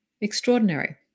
Extraordinary